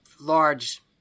large